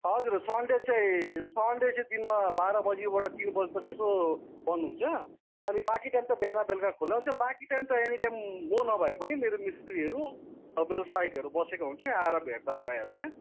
हजुर सनडे चाहिँ सनडे चाहिँ दिनमा बाह्र बजीबाट तिन बजी तक यसो बन्द हुन्छ अनि बाँकी टाइम त बिहान बेलुका खुल्लै हुन्छ बाँकी टाइम त एनिटाइम म नभए पनि मेरो मिस्त्रीहरू व्यावसाहिकहरू बसेको हुन्छ आएर भेट्दा भइहाल्छ